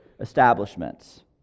establishments